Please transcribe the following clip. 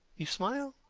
you smile?